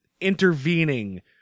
intervening